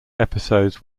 episodes